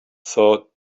thought